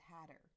Hatter